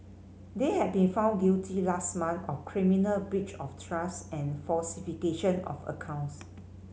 they had been found guilty last month of criminal breach of trust and falsification of accounts